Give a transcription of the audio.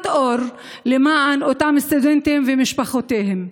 אור למען אותם סטודנטים ומשפחותיהם.